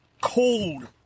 cold